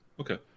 Okay